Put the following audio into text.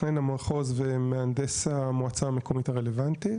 מתכנן המחוז ומהנדס המועצה המקומית הרלוונטית,